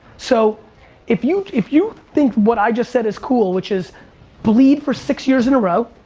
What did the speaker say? so if you if you think what i just said is cool, which is bleed for six years in a row,